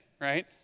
right